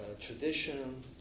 tradition